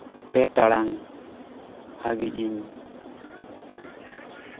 ᱯᱮ ᱴᱟᱲᱟᱝ ᱦᱟ ᱵᱤᱡ ᱤᱧ